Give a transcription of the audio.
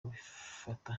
abifata